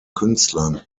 künstlern